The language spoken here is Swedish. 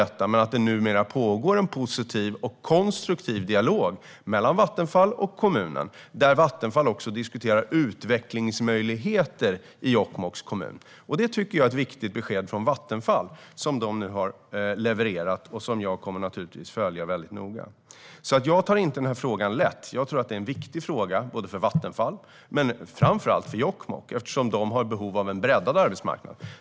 Men jag uppfattar att det numera pågår en positiv och konstruktiv dialog mellan Vattenfall och kommunen där Vattenfall också diskuterar utvecklingsmöjligheter i Jokkmokks kommun. Det tycker jag är ett viktigt besked från Vattenfall som det nu har levererat och som jag kommer att följa väldigt noga. Jag tar inte lätt på den här frågan. Det är en viktig fråga för Vattenfall och framför allt för Jokkmokk, eftersom de har behov av en breddad arbetsmarknad.